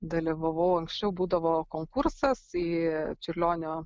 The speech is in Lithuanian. dalyvavau anksčiau būdavo konkursas į čiurlionio